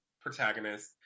protagonist